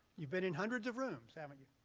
you've been in hundreds of rooms, haven't you?